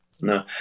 no